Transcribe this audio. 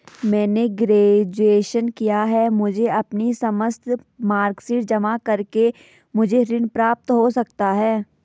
मैंने ग्रेजुएशन किया है मुझे अपनी समस्त मार्कशीट जमा करके मुझे ऋण प्राप्त हो सकता है?